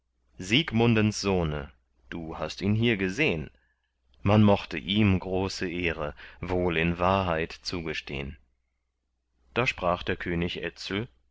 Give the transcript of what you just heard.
siegmundens sohne du hast ihn hier gesehn man mochte ihm große ehre wohl in wahrheit zugestehn da sprach der könig